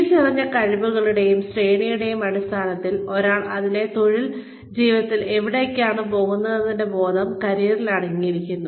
തിരിച്ചറിഞ്ഞ കഴിവുകളുടെയും ശേഷികളുടെയും അടിസ്ഥാനത്തിൽ ഒരാൾ തന്റെ തൊഴിൽ ജീവിതത്തിൽ എവിടേക്കാണ് പോകുന്നതെന്ന ബോധം കരിയറിൽ അടങ്ങിയിരിക്കുന്നു